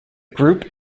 group